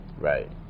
Right